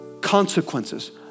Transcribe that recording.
consequences